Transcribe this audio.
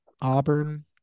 Auburn